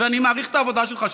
ואני מעריך את העבודה שלך,